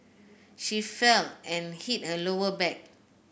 she fell and hit her lower back